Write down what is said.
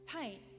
Paint